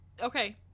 Okay